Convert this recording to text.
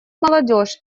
молодежь